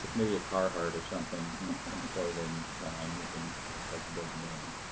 maybe a carhartt or something. some some clothing line we can we can start to build the brand.